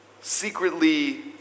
secretly